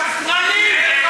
אתם שקרנים,